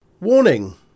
Warning